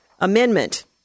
Amendment